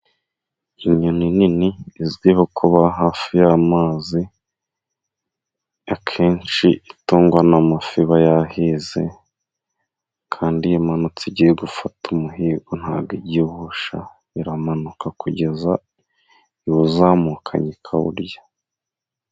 Inyoni nini izwiho kuba hafi y'amazi，akenshi itungwa n'amafi iba yahize， kandi iyo imanutse igiye gufata umuhigo， ntabwo ijya ihusha， iramanuka kugeza iwuzamukanye ikawurya.